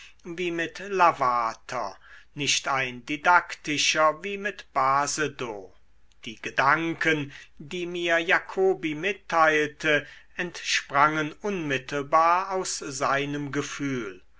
wie mit lavater nicht ein didaktischer wie mit basedow die gedanken die mir jacobi mitteilte entsprangen unmittelbar aus seinem gefühl